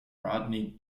rodney